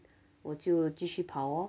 我就继续跑哦